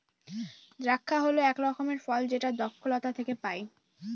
দ্রাক্ষা হল এক রকমের ফল যেটা দ্রক্ষলতা থেকে পায়